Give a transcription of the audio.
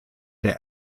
der